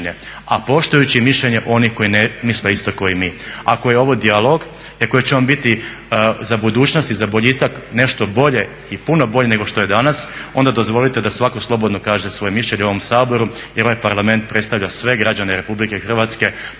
a poštujući mišljenje oni koji ne misle isto tako mi. Ako je ovo dijalog i ako će on biti za budućnost i za boljitak nešto bolje i puno bolje nego što je danas onda dozvolite da svatko slobodno kaže svoje mišljenje u ovom Saboru jer ovaj Parlament predstavlja sve građane Republike Hrvatske